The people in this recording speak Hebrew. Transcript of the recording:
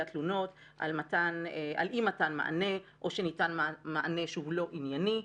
תלונות על אי מתן מענה או שניתן מענה לא ענייני.